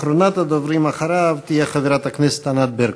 אחרונת הדוברים, אחריו, תהיה חברת הכנסת ענת ברקו.